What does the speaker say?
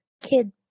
kid